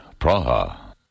Praha